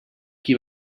qui